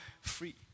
free